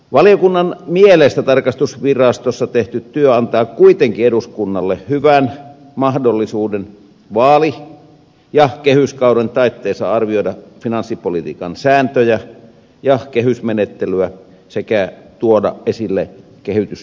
valiokunnan mielestä tarkastusvirastossa tehty työ antaa kuitenkin eduskunnalle hyvän mahdollisuuden vaali ja kehyskauden taitteessa arvioida finanssipolitiikan sääntöjä ja kehysmenettelyä sekä tuoda esille kehitystarpeita